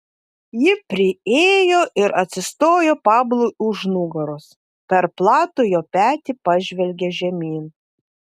ji priėjo ir atsistojo pablui už nugaros per platų jo petį pažvelgė žemyn